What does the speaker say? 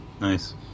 Nice